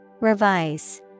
Revise